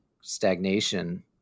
stagnation